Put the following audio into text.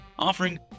offering